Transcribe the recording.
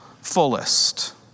fullest